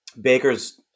Baker's